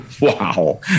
Wow